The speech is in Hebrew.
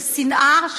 של שנאה,